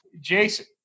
Jason